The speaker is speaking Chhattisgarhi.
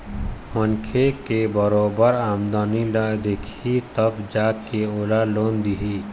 मनखे के बरोबर आमदनी ल देखही तब जा के ओला लोन दिही